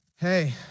hey